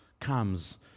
comes